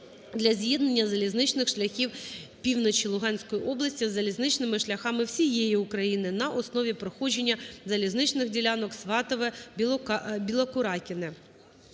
для з'єднання залізничних шляхів півночі Луганської області з залізничними шляхами всієї України на основі проходження залізничних ділянок Сватове - Білокуракине.